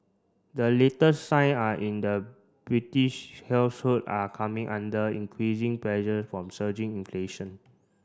the latest sign are in the British household are coming under increasing pressure from surging inflation